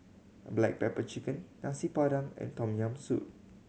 black pepper chicken Nasi Padang and Tom Yam Soup